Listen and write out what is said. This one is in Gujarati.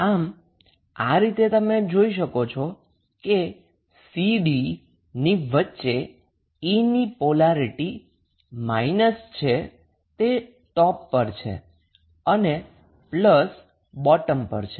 આમ આ રીતે તમે અહીં જોઈ શકો છો કે cd ની વચ્ચે E ની પોલારીટી માઈનસ છે જે ટોપ પર છે અને પ્લસ બોટમ પર છે